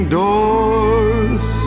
doors